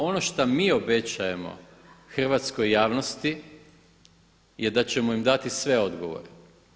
Ono što mi obećajemo Hrvatskoj javnosti je da ćemo im dati sve odgovore.